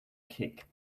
kick